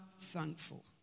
thankful